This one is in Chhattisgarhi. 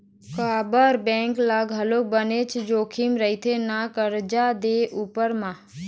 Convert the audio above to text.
काबर बेंक ल घलोक बनेच जोखिम रहिथे ना करजा दे उपर म